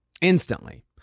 instantly